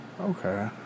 Okay